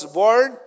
born